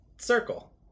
circle